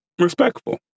respectful